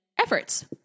efforts